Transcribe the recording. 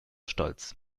stolz